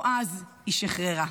או אז, היא שחררה.